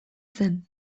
zen